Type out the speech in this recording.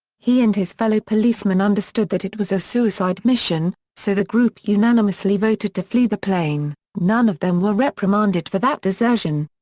he and his fellow policemen understood that it was a suicide mission, so the group unanimously voted to flee the plane, none of them were reprimanded for that desertion.